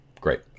Great